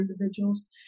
individuals